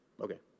okay